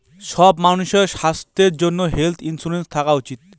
সব মানুষের স্বাস্থ্যর জন্য হেলথ ইন্সুরেন্স থাকা উচিত